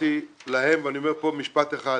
אמרתי להם ואני אומר פה משפט אחד: